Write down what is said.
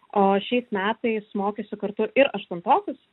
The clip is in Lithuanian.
o šiais metais mokysiu kartu ir aštuntokus